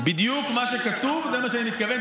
בדיוק מה שכתוב זה מה שאני מתכוון.